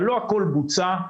אבל לא הכול בוצע.